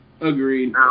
Agreed